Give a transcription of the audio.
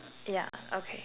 yeah okay